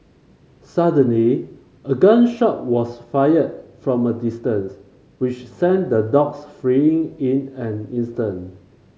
suddenly a gun shot was fired from a distance which sent the dogs fleeing in an instant